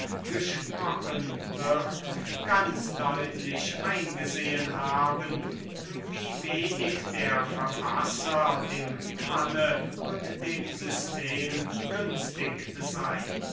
grundsätzen reden ganz deutlich eingesehen haben wie wenig wir dem mann und dem system günstig sind